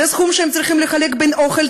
זה סכום שהם צריכים לחלק בין אוכל,